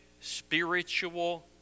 spiritual